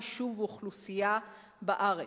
יישוב ואוכלוסייה בארץ.